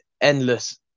endless